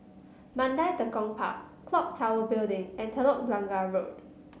Mandai Tekong Park clock Tower Building and Telok Blangah Road